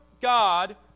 God